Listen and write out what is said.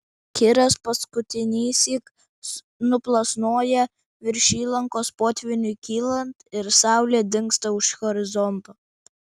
kiras paskutinįsyk nuplasnoja virš įlankos potvyniui kylant ir saulė dingsta už horizonto